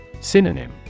Synonym